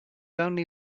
only